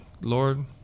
Lord